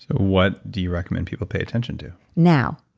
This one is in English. what do you recommend people pay attention to? now.